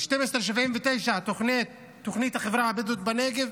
1279, תוכנית החברה הבדואית בנגב.